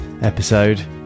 episode